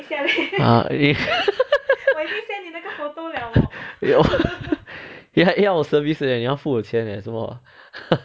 ya eh ya eh 要 service 的 leh 你要付我钱 leh 什么